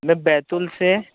मैं बैतूल से